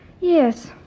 Yes